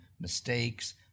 mistakes